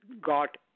got